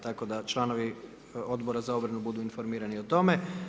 Tko da članovi Odbora za obranu budu informirani o tome.